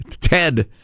Ted